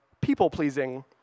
people-pleasing